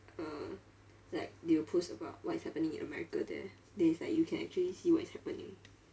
uh like they will post about what is happening in america there then it's like you can actually see what is happening